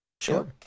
Sure